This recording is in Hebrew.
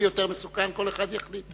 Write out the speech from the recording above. מי יותר מסוכן, כל אחד יחליט.